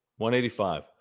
185